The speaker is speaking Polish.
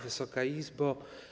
Wysoka Izbo!